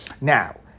Now